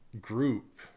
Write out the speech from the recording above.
group